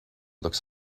looks